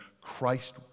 Christ